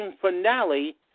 finale